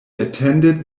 attended